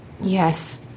Yes